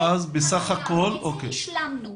את זה השלמנו.